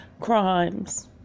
crimes